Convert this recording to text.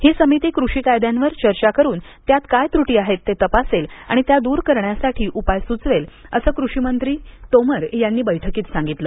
ही समिती कृषी कायद्यांवर चर्चा करून त्यात काय त्रुटी आहेत ते तपासेल आणि त्या दूर करण्यासाठी उपाय सुचवेल असं कृषिमंत्री तोमर यांनी बैठकीत सांगितलं